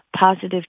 positive